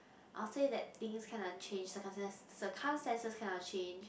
I'll say that things kind of change circumstan~ circumstances kind of change